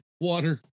water